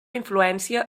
influència